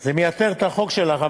וזה מייתר את החוק שלך.